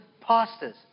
pastors